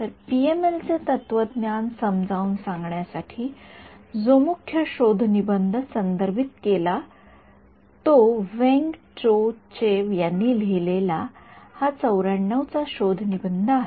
तर पीएमएल चे तत्वज्ञान समजावून सांगण्यासाठी जो मुख्य शोध निबंध संदर्भित केला तो वेन्ग चो चेव यांनी लिहिलेला हा ९४ चा शोध निबंध आहे